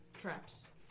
traps